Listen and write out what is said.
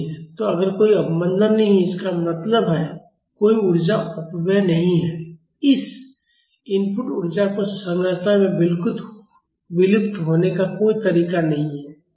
तो अगर कोई अवमंदन नहीं है इसका मतलब है कोई ऊर्जा अपव्यय नहीं है इस इनपुट ऊर्जा को संरचना में विलुप्त होने का कोई तरीका नहीं है